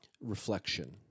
reflection